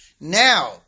Now